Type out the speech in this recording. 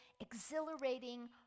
exhilarating